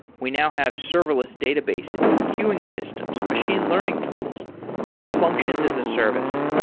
we now have serverless databases, queuing systems, machine learning tools and functions as a service.